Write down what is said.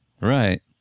Right